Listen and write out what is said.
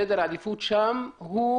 סדר עדיפות שם הוא